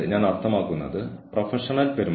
അക്രമി രണ്ടിനെയും വേർപെടുത്തട്ടെ